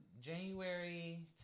January